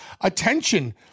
attention